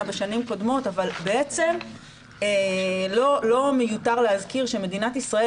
בשנים קודמות אבל בעצם לא מיותר להזכיר שמדינת ישראל